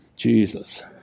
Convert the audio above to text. Jesus